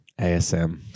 ASM